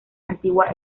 antigua